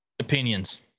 opinions